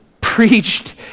preached